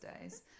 days